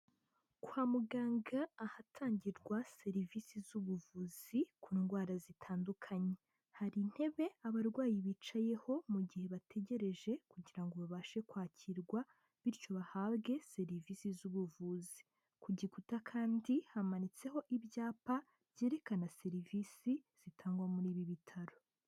Kwa muganga, ahatangirwa serivisi z'ubuvuzi ku ndwara zitandukanye. Hari intebe abarwayi bicayeho mu gihe bategereje kugira ngo babashe kwakirwa bityo bahabwe serivisi z'ubuvuzi. Ku gikuta kandi, hamanitseho ibyapa byerekana serivisi zitangwa muri ibi bitaro.